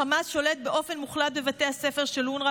החמאס שולט באופן מוחלט בבתי הספר של אונר"א,